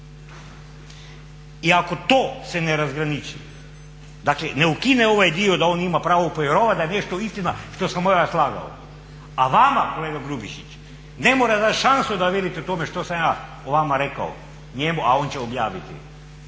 I ako to se ne razgraniči dakle ne ukine ovaj dio da on ima pravo povjerovati da je nešto istina što sam mu ja slagao, a vama kolega Grubišić ne mora dati šansu da velike o tome što sam ja o vama rekao njegu a on će objaviti.